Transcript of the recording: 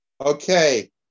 Okay